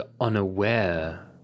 unaware